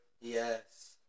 Yes